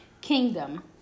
kingdom